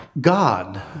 God